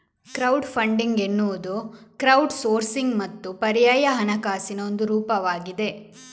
crowd funding ಎನ್ನುವುದು crowdsourcing ಮತ್ತು ಪರ್ಯಾಯ ಹಣಕಾಸಿನ ಒಂದು ರೂಪವಾಗಿದೆ